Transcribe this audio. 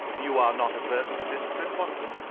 you are not averse to this trip, watson?